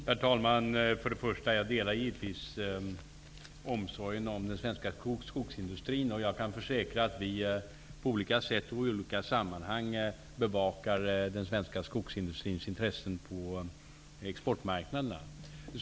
Herr talman! Jag delar givetvis omsorgen om den svenska skogsindustrin. Jag kan försäkra att vi på olika sätt och i olika sammanhang bevakar den svenska skogsindustrins intressen på exportmarknaderna.